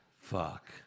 fuck